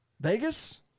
Vegas